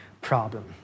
problem